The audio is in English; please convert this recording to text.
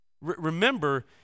Remember